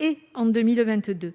et en 2022.